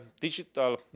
digital